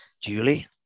Julie